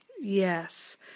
Yes